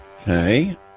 Okay